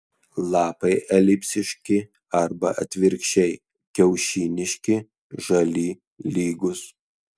lapai elipsiški arba atvirkščiai kiaušiniški žali lygūs